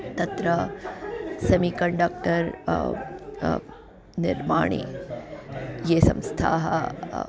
तत्र semiconductor निर्माणे ये संस्थाः